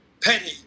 penny